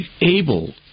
able